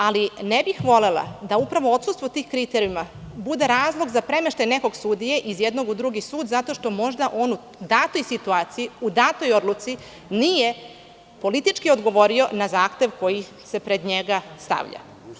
Ali ne bih volela da odsustvo tih kriterijuma bude razlog za premeštaj nekog sudije iz jednog u drugi sud zato što možda on u datoj situaciji u datoj odluci nije politički odgovorio na zahtev koji se pred njega stavlja.